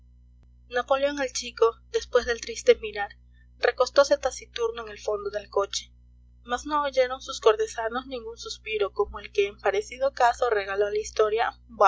napoleón el chico después del triste mirar recostose taciturno en el fondo del coche mas no oyeron sus cortesanos ningún suspiro como el que en parecido caso regaló a la historia